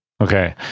Okay